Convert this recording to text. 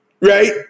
right